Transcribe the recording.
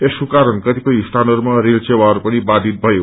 यसको कारण कतिपय स्थानहरूमा रेलसेवाहरू पनि बाधित भयो